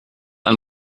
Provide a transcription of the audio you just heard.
ein